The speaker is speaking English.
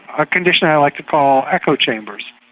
a condition i like to call echo chambers.